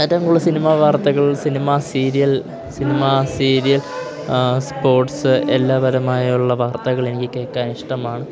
ഏറ്റവും കൂടുതൽ സിനിമാ വാർത്തകൾ cinema serial cinema serial sports എല്ലാ പരമായുള്ള വാർത്തകൾ എനിക്ക് കേൾക്കാൻ ഇഷ്ടമാണ്